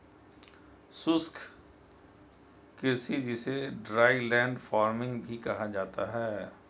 शुष्क कृषि जिसे ड्राईलैंड फार्मिंग भी कहा जाता है